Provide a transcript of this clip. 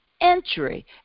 entry